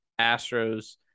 Astros